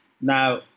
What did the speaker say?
Now